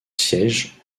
siège